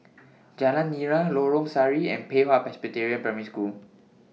Jalan Nira Lorong Sari and Pei Hwa Presbyterian Primary School